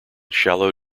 shallow